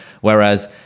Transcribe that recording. Whereas